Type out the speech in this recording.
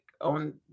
on